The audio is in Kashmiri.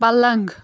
پَلنٛگ